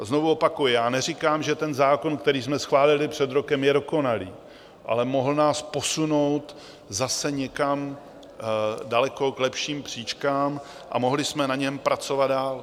Znovu opakuji, neříkám, že zákon, který jsme schválili před rokem, je dokonalý, ale mohl nás posunout zase někam k daleko lepším příčkám a mohli jsme na něm pracovat dál.